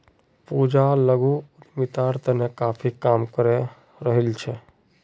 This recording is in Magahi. पूजा लघु उद्यमितार तने काफी काम करे रहील् छ